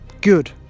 good